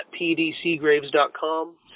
pdcgraves.com